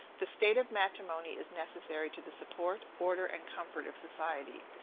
the state of matrimony is necessary to the support, order, and comfort of society.